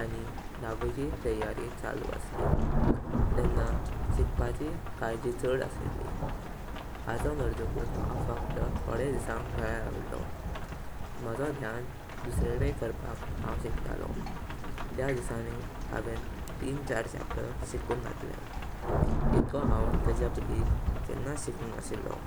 आणि धावेची तयारी चाळू असली। तेन्ना शिकपाची जरजी चाड अशिली। आजो मर्तकुट हाव फक्त थोडे दीसांग गार रविलो। माज़ो ध्यान दुसरेकादे करपक हाव शिकतालो। त्या दीसनाई हावे तीन चार चैप्टर शिकुन घेतले। इतको हाव तय पइली केन्ना शिकूंगनसलो।